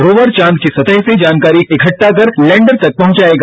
rover चांद की सतह से जानकारी इकट्टा कर लैंडर तक पहुंचाएगा